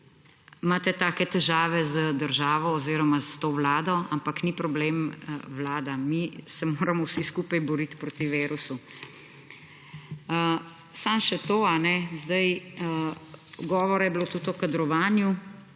take težave z državo oziroma s to vlado, ampak ni problem vlada, mi se moramo vsi skupaj boriti proti virusu. Samo še to. Zdaj govora je bilo tudi o kadrovanju.